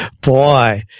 Boy